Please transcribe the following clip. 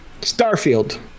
Starfield